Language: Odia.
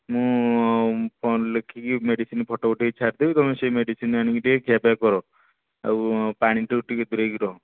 ମୁଁ ଲେଖିକି ମେଡିସିନ୍ ଫୋଟୋ ଉଠାଇକି ଛାଡ଼ିଦେବି ତୁମେ ସେ ମେଡିସିନ୍ ଆଣିକି ଟିକିଏ ଖିଆ ପିଆ କର ଆଉ ପାଣିଠୁ ଟିକିଏ ଦୂରେଇକି ରୁହ